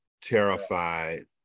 terrified